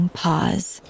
pause